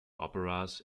operas